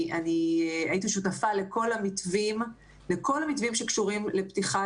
הייתי שותפה לכל המתווים שקשורים לפתיחה